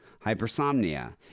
hypersomnia